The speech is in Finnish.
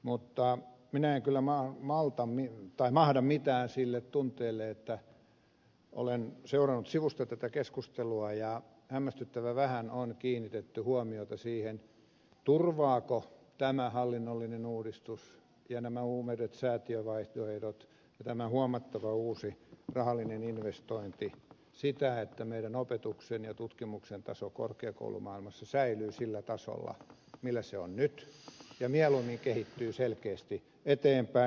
mutta minä kyllä en mahda mitään sille tunteelle että kun olen seurannut sivusta tätä keskustelua niin hämmästyttävän vähän on kiinnitetty huomiota siihen turvaavatko tämä hallinnollinen uudistus ja uudet säätiövaihtoehdot ja tämä huomattava uusi rahallinen investointi sitä että meidän opetuksemme ja tutkimuksemme taso korkeakoulumaailmassa säilyy sillä tasolla millä se on nyt ja mieluummin kehittyy selkeästi eteenpäin